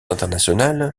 internationale